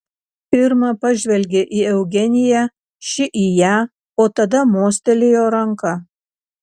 irma pažvelgė į eugeniją ši į ją o tada mostelėjo ranka